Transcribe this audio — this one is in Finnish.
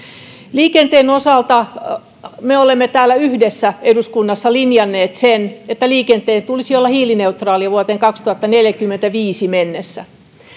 liikenteen osalta me olemme täällä yhdessä eduskunnassa linjanneet sen että liikenteen tulisi olla hiilineutraali vuoteen kaksituhattaneljäkymmentäviisi mennessä